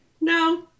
no